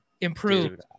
improved